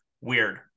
Weird